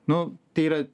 nu tai yra